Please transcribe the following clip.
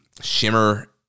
Shimmer